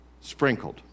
sprinkled